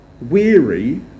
weary